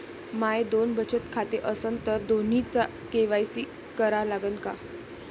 माये दोन बचत खाते असन तर दोन्हीचा के.वाय.सी करा लागन का?